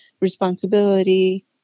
responsibility